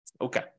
Okay